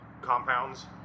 compounds